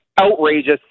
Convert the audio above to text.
outrageous